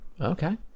okay